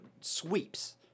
sweeps